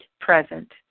present